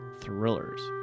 Thrillers